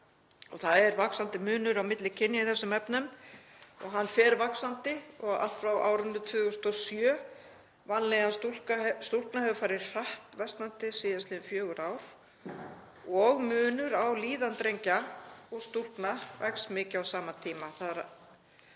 Það er vaxandi munur á milli kynja í þessum efnum og hann fer vaxandi og allt frá árinu 2007. Vanlíðan stúlkna hefur farið hratt versnandi síðastliðin fjögur ár og munur á líðan drengja og stúlkna vex mikið á sama tíma.